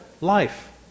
Life